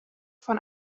von